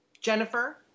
Jennifer